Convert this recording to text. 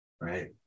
Right